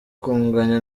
kunganya